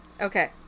Okay